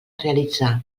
realitzar